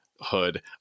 hood